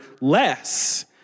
less